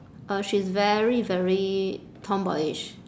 uh she's very very tomboyish